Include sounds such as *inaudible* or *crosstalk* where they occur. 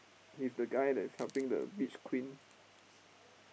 he's the guy that's helping the beach queen *noise*